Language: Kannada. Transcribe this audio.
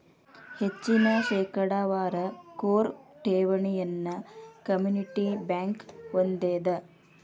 ಹೆಚ್ಚಿನ ಶೇಕಡಾವಾರ ಕೋರ್ ಠೇವಣಿಗಳನ್ನ ಕಮ್ಯುನಿಟಿ ಬ್ಯಂಕ್ ಹೊಂದೆದ